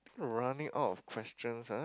running out of questions ah